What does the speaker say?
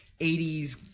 80s